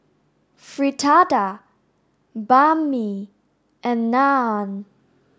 Fritada Banh Mi and Naan